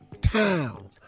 town